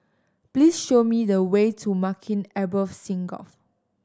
please show me the way to Maghain Aboth Synagogue